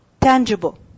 Tangible